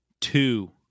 Two